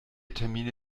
termine